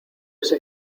esa